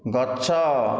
ଗଛ